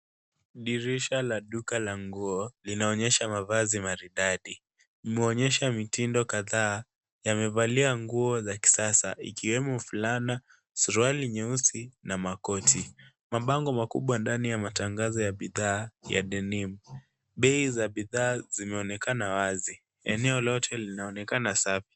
Dirisha la duka la nguo linaonyesha mavazi maridadi. Imeonyesha mitindo kadhaa. Yamevalia nguo za kisasa ikiwemo fulana, suruali nyeusi na makoti. Mabango makubwa ndani ya matangazo ya bidhaa za, denim. Bei ya bidhaa zimeonekana wazi. Eneo lote linaonekana safi.